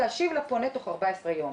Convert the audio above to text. יש לחברת התקשורת באמת חובה להודיע בכמה דרכים,